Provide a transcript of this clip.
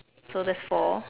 so that's four